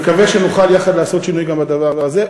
אני מקווה שנוכל יחד לעשות שינוי גם בדבר הזה,